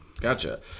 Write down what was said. gotcha